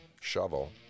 shovel